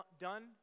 done